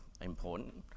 important